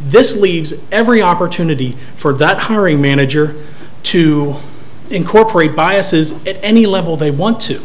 this leaves every opportunity for that hiring manager to incorporate biases at any level they want to